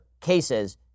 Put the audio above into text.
cases